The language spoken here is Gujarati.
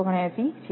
479 છે